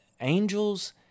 Angels